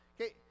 Okay